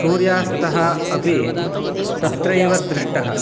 सूर्यास्तः अपि तत्रैव दृष्टः